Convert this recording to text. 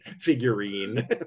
figurine